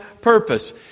purpose